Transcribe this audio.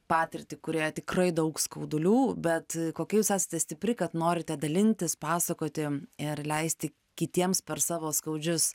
patirtį kurioje tikrai daug skaudulių bet kokia jūs esate stipri kad norite dalintis pasakoti ir leisti kitiems per savo skaudžius